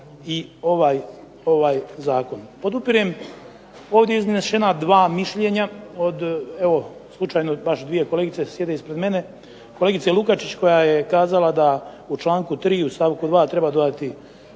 i ovaj zakon. Podupirem ovdje iznešena dva mišljenja, od evo slučajno baš dvije kolegice sjede ispred mene, kolegice Lukačić koja je kazala da u članku 3. u stavku 2. treba dodati